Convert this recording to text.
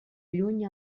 lluny